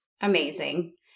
Amazing